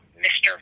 Mr